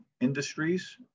industries